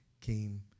came